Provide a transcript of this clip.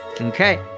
Okay